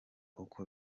uko